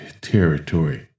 territory